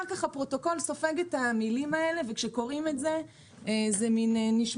הפרוטוקול סופג את המילים האלה כך שאחר כך כשקוראים את זה זה נשמע